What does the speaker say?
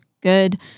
good